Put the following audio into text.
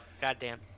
goddamn